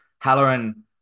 Halloran